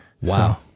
Wow